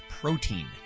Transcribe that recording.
Protein